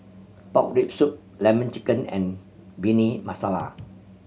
pork rib soup Lemon Chicken and Bhindi Masala